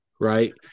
right